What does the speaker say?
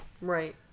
Right